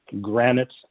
granite